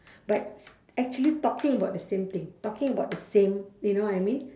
but s~ actually talking about the same thing talking about the same you know what I mean